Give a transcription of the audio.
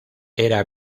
era